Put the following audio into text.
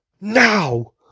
now